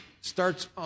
starts